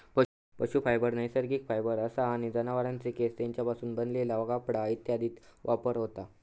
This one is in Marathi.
पशू फायबर नैसर्गिक फायबर असा आणि जनावरांचे केस, तेंच्यापासून बनलेला कपडा इत्यादीत वापर होता